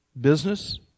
business